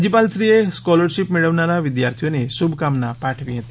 રાજયપાલશ્રીએ scholarship મેળવનારા વિદ્યાર્થીઓને શુભકામના પાઠવી હતી